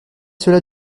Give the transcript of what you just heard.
cela